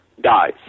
dies